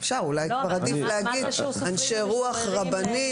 אולי כבר עדיף להגיד אנשי רוח, רבנים.